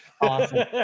Awesome